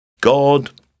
God